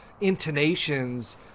intonations